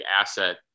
asset